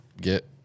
Get